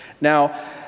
Now